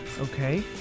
Okay